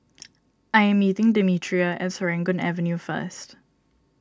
I am meeting Demetria at Serangoon Avenue first